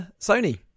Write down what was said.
sony